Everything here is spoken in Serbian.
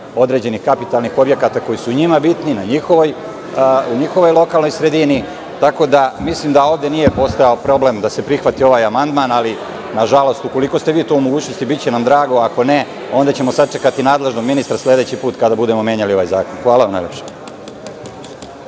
određenih kapitalnih objekata koji su njima bitni, u njihovoj lokalnoj sredini. Tako da mislim da ovde nije postojao problem da se prihvati ovaj amandman, ali nažalost ukoliko ste vi u mogućnosti, biće nam drago, ako ne onda ćemo sačekati nadležnog ministra sledeći put, kada budemo menjali ovaj zakon. Hvala. **Nebojša